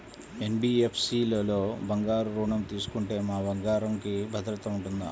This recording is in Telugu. ఎన్.బీ.ఎఫ్.సి లలో బంగారు ఋణం తీసుకుంటే మా బంగారంకి భద్రత ఉంటుందా?